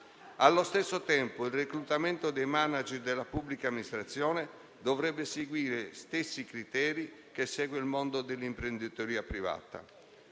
Allo stesso tempo, il reclutamento dei *manager* della pubblica amministrazione dovrebbe seguire gli stessi criteri che segue il mondo dell'imprenditoria privata.